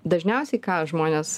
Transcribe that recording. dažniausiai ką žmonės